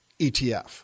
ETF